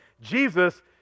Jesus